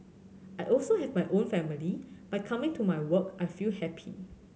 I also have my own family but coming to my work I feel happy